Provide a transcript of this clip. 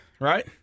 right